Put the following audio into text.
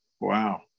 Wow